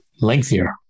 lengthier